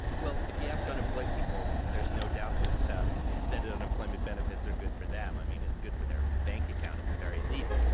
well, if you ask unemployed people, there's no doubt that so extended unemployment benefits are good for them. i mean, it's good for their bank account at the very least.